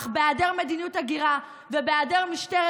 אך בהיעדר מדיניות הגירה ובהיעדר משטרת